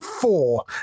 four